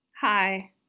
Hi